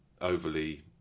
overly